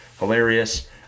hilarious